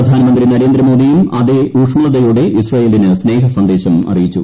പ്രധാനമന്ത്രി നരേന്ദ്രമോദിയും അതേ ഊഷ്മളതയോടെ ഇസ്രായേലിന് സ്നേഹ സന്ദേശം അറിയിച്ചു